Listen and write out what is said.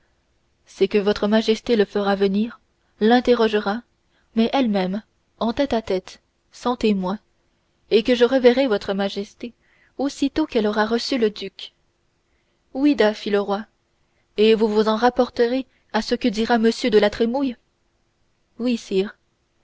c'est que votre majesté le fera venir l'interrogera mais elle-même en tête-à-tête sans témoins et que je reverrai votre majesté aussitôt qu'elle aura reçu le duc oui-da fit le roi et vous vous en rapporterez à ce que dira m de la trémouille oui sire